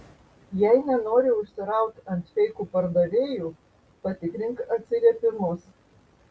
jei nenori užsiraut ant feikų pardavėjų patikrink atsiliepimus